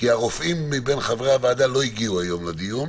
כי הרופאים מבין חברי הוועדה לא הגיעו היום לדיון.